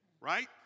right